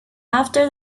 after